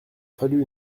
fallu